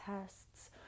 tests